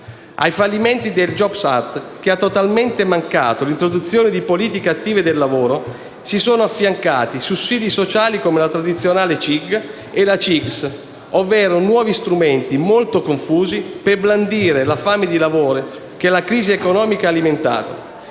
Ai fallimenti del *jobs act*, che ha totalmente mancato l'introduzione di politiche attive del lavoro, si sono affiancati sussidi sociali come la tradizionale CIG e la CIGS, ovvero nuovi strumenti molto confusi per blandire la fame di lavoro che la crisi economica ha alimentato.